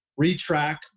retrack